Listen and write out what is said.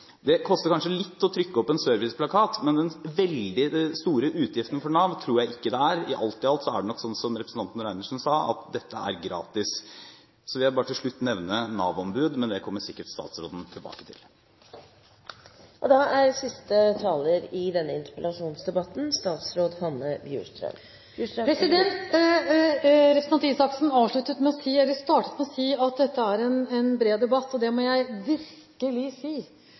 Det koster kanskje litt å trykke opp en serviceplakat, men den veldig store utgiften for Nav tror jeg ikke det er. Alt i alt er det nok sånn som representanten Reiertsen sa, at dette er gratis. Så vil jeg bare til slutt nevne Nav-ombud, men det kommer sikkert statsråden tilbake til. Representanten Røe Isaksen startet med å si at dette er en bred debatt, og det må jeg virkelig si. Poenget er – og det skal vi være klar over – at det vi sitter her og diskuterer, er